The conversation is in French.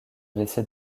blessés